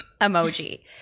emoji